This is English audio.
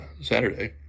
Saturday